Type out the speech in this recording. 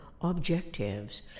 objectives